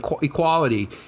equality